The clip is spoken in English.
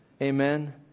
Amen